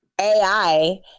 AI